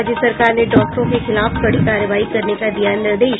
राज्य सरकार ने डॉक्टरों के खिलाफ कड़ी कार्रवाई करने का दिया निर्देश